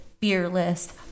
fearless